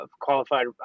qualified